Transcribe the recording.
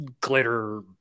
glitter